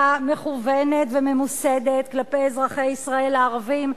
מכוונת וממוסדת כלפי אזרחי ישראל הערבים,